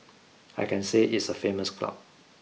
I can say it's a famous club